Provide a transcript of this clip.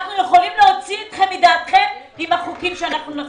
אנחנו יכולים להוציא אתכם מדעתכם עם החוקים שאנחנו נחוקק.